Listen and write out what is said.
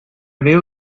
veo